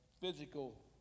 physical